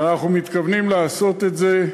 ואנחנו מתכוונים לעשות את זה,